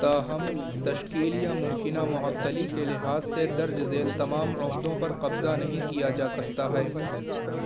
تاہم تشکیل یا ممکنہ معطلی کے لحاظ سے درج ذیل تمام عہدوں پر قبضہ نہیں کیا جا سکتا ہے